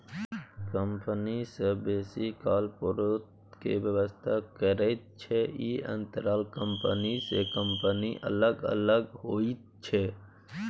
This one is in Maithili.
कंपनी सब बेसी काल पेरोल के व्यवस्था करैत छै, ई अंतराल कंपनी से कंपनी में अलग अलग होइत छै